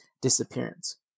disappearance